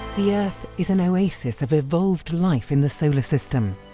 the earth is an oasis of evolved life in the solar system.